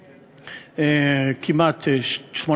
מזל שאין אופוזיציה, קל יותר לספור את הידיים.